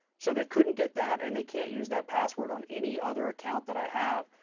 so they couldn't get that and they can't use that password on any other account that i have.